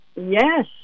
Yes